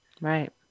Right